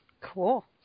Cool